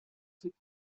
sixty